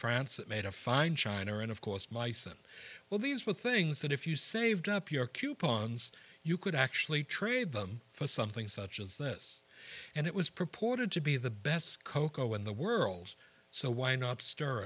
france that made a fine china and of course meissen well these were things that if you saved up your coupons you could actually trade them for something such as this and it was purported to be the best cocoa when the world's so why not stir